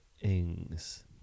Ings